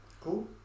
Cool